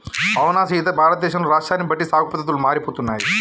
అవునా సీత భారతదేశంలో రాష్ట్రాన్ని బట్టి సాగు పద్దతులు మారిపోతున్నాయి